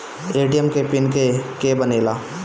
ATM के PIN के के बनेला?